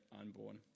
unborn